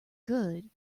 good